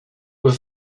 were